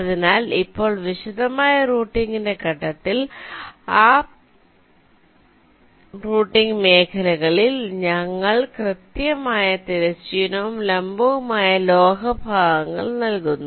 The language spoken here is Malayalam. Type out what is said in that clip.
അതിനാൽ ഇപ്പോൾ വിശദമായ റൂട്ടിംഗിന്റെ ഘട്ടത്തിൽ ആ റൂട്ടിംഗ് മേഖലകളിൽ ഞങ്ങൾ കൃത്യമായ തിരശ്ചീനവും ലംബവുമായ ലോഹ ഭാഗങ്ങൾ നൽകുന്നു